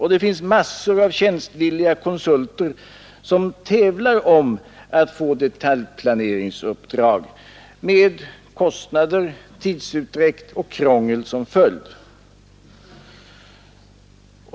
Det finns massor av konsulter som tävlar om att få detaljplaneringsuppdrag med kostnader, tidsutdräkt och krångel som följd.